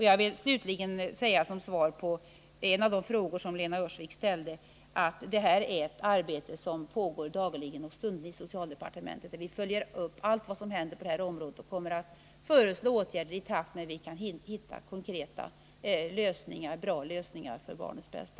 Jag vill slutligen, som svar på en av de frågor som Lena Öhrsvik ställde, säga att detta är ett arbete som pågår dagligen och stundligen inom socialdepartementet. Vi följer upp allt som händer på detta område, och vi kommer att föreslå åtgärder i takt med att vi kan hitta konkreta och bra lösningar för barnens bästa.